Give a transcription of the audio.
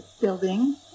building